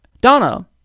Donna